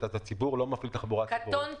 לפי